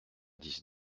dix